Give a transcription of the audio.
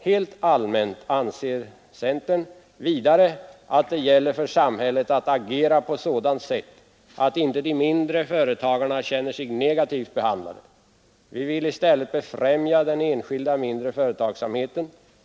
Helt allmänt anser centern vidare att det gäller för samhället att agera på sådant sätt att inte de mindre företagarna känner sig negativt behandlade. Vi vill i stället befrämja den enskilda mindre företagsamheten.